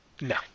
No